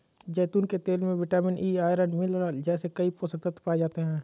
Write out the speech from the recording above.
जैतून के तेल में विटामिन ई, आयरन, मिनरल जैसे कई पोषक तत्व पाए जाते हैं